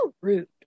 rude